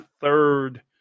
third